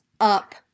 up